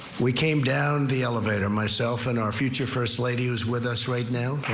we came down the elevator, myself and our future first ladies with us right now.